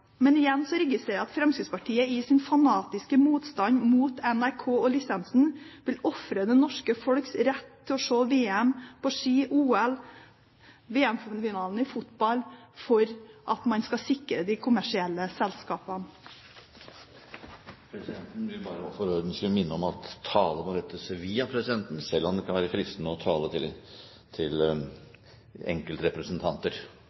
Men igjen registrerer jeg at Fremskrittspartiet i sin fanatiske motstand mot NRK og lisensen vil ofre det norske folks rett til å se VM på ski, OL, VM-finalen i fotball for at man skal sikre de kommersielle selskapene. Presidenten vil for ordens skyld minne om at tale må rettes via presidenten, selv om det kan være fristende å tale til